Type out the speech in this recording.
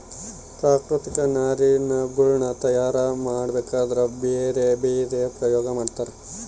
ಪ್ರಾಕೃತಿಕ ನಾರಿನಗುಳ್ನ ತಯಾರ ಮಾಡಬೇಕದ್ರಾ ಬ್ಯರೆ ಬ್ಯರೆ ಪ್ರಯೋಗ ಮಾಡ್ತರ